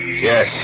Yes